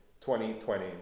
2020